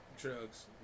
drugs